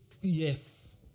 yes